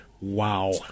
Wow